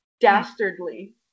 dastardly